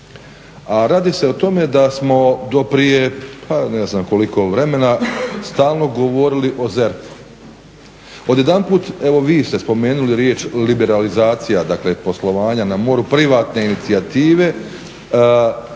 a radi se o tome da smo do prije pa ne znam koliko vremena stalno govorili o ZERP-u. odjedanput evo vi ste spomenuli riječ liberalizacija dakle poslovanja na moru privatne inicijative